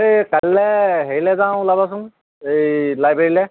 এই কালিলৈ হেৰিলৈ যাওঁ ওলাবাচোন এই লাইবেৰীলৈ